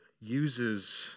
uses